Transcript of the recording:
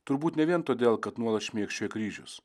turbūt ne vien todėl kad nuolat šmėkščiojo kryžius